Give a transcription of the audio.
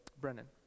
Brennan